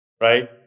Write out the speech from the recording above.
right